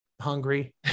hungry